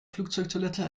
flugzeugtoilette